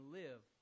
live